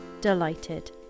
delighted